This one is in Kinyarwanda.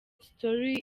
story